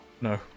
No